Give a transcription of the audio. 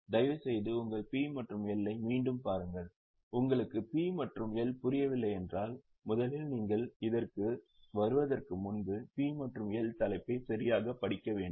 தயவுசெய்து உங்கள் P மற்றும் L ஐ மீண்டும் பாருங்கள் உங்களுக்கு P மற்றும் L புரியவில்லை என்றால் முதலில் நீங்கள் இதற்கு வருவதற்கு முன்பு P மற்றும் L தலைப்பை சரியாக படிக்க வேண்டும்